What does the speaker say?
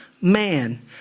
man